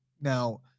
now